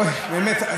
אוי, באמת.